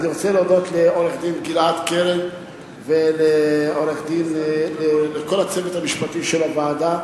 אני רוצה להודות לעורך-הדין גלעד קרן ולכל הצוות המשפטי של הוועדה,